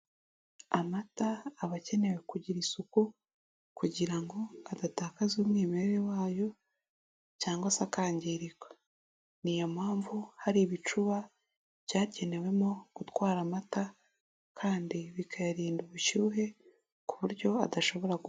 Amata aba akenewe kugira isuku kugira ngo adatakaza umwimerere wayo cyangwa se akangirika, ni yo mpamvu hari ibicuba byagenewemo gutwara amata kandi bikayarinda ubushyuhe ku buryo adashobora gukoragura.